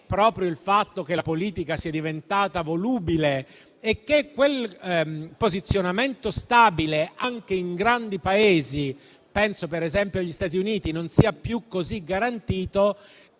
proprio il fatto che la politica sia diventata volubile e che quel posizionamento stabile anche in grandi Paesi - penso per esempio agli Stati Uniti - non sia più così garantito